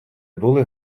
були